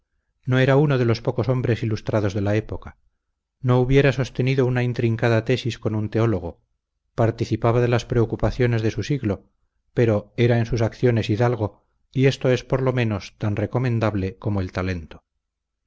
no era uno de los pocos hombres ilustrados de la época no hubiera sostenido una intrincada tesis con un teólogo participaba de las preocupaciones de su siglo pero era en sus acciones hidalgo y esto es por lo menos tan recomendable como el talento